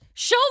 Show